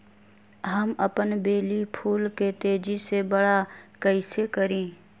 हम अपन बेली फुल के तेज़ी से बरा कईसे करी?